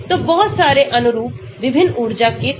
तो बहुतसारे अनुरूप विभिन्न ऊर्जा के साथ